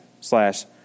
slash